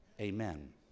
amen